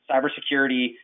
Cybersecurity